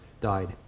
died